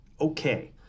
Okay